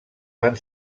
van